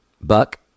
Buck